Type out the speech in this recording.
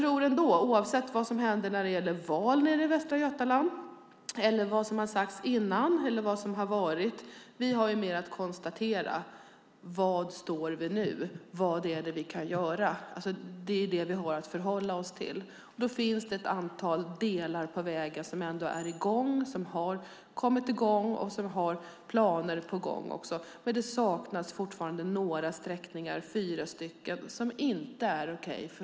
Oavsett vad som händer i valet i Västra Götaland, eller vad som har sagts tidigare har vi att konstatera var vi står och vad vi kan göra. Det är vad vi har att förhålla oss till. Det finns delar av vägen som har kommit i gång och där man har planer på gång. Det är fortfarande fyra sträckor som inte är okej.